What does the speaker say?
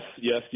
yes